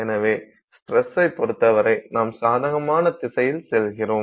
எனவே ஸ்டரஸைப் பொறுத்தவரை நாம் சாதகமான திசையில் செல்கிறோம்